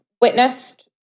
witnessed